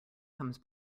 comes